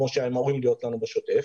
כמו שאמורות להיות לנו בשוטף,